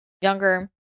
younger